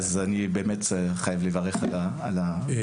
אז אני באמת חייב לברך על היוזמה.